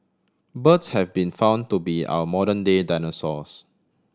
birds have been found to be our modern day dinosaurs